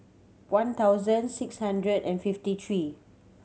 one thousand six hundred and fifty three